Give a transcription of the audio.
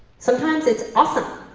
sometimes it's awesome,